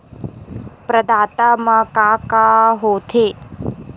प्रदाता मा का का हो थे?